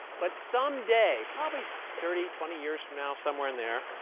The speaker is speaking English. but someday probably thirty, twenty years from now, somewhere in there